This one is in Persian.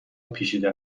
پیچیده